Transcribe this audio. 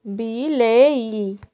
ବିଲେଇ